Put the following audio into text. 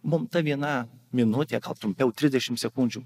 mum ta viena minutė gal trumpiau trisdešimt sekundžių